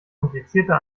komplizierter